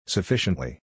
Sufficiently